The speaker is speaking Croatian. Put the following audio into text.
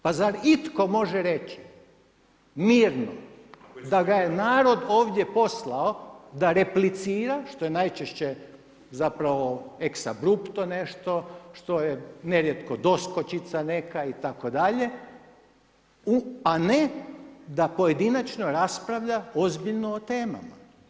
Pa zar itko može reći mirno da ga je narod ovdje poslao da replicira, što je najčešće zapravo … nešto što j nerijetko doskočica neka itd., a ne da pojedinačno raspravlja ozbiljno o temama.